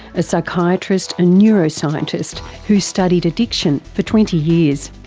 a psychiatrist and neuroscientist who's studied addiction for twenty years.